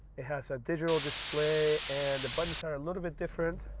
it has a digital display and the buttons are a little bit different.